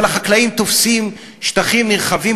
אבל החקלאים תופסים שטחים נרחבים,